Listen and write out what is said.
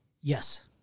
Yes